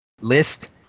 list